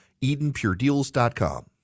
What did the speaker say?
EdenPureDeals.com